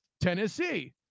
Tennessee